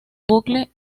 bucle